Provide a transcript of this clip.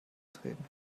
treten